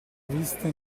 vista